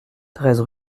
treize